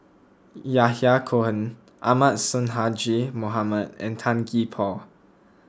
Yahya Cohen Ahmad Sonhadji Mohamad and Tan Gee Paw